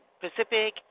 Pacific